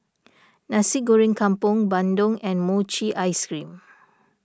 Nasi Goreng Kampung Bandung and Mochi Ice Cream